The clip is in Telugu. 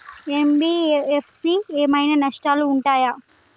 ఎన్.బి.ఎఫ్.సి ఏమైనా నష్టాలు ఉంటయా?